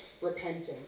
repentance